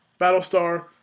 Battlestar